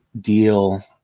deal